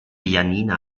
janina